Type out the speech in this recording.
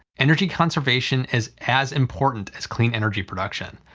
energy conservation is as important as clean energy production,